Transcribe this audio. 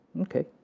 okay